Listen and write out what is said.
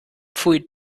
pfui